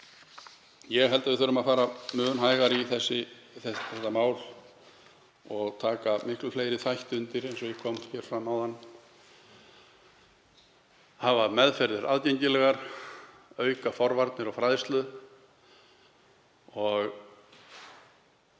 Ég held að við þurfum að fara mun hægar í þessi mál og taka miklu fleiri þætti undir, eins og kom fram áðan, hafa meðferðir aðgengilegar, auka forvarnir og fræðslu.